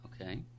okay